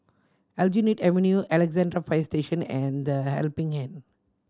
Aljunied Avenue Alexandra Fire Station and The Helping Hand